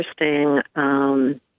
interesting